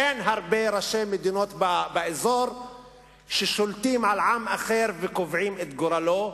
אין הרבה ראשי מדינות באזור ששולטים על עם אחר וקובעים את גורלו,